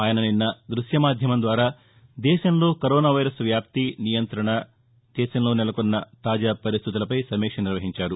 ఆయన నిన్న దృశ్యమాధ్యమం ద్వారా దేశంలో కరోనా వైరస్ వ్యాప్తి నియంతణ దేశంలో నెలకొన్నపరిస్థితులపై సమీక్ష నిర్వహించారు